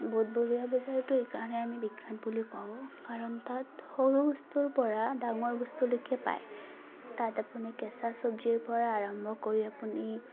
বুধবৰীয়া বজাৰটো সেইকাৰণে আমি বিখ্যাত বুলি কওঁ কাৰণ তাত সৰু বস্তুৰ পৰা ডাঙৰ বস্তুলৈকে পায় তাত আপুনি কেঁচা চব্জিৰ পৰা আৰম্ভ কৰি আপুনি